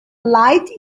light